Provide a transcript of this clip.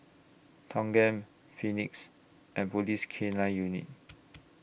Thanggam Phoenix and Police K nine Unit